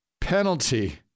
penalty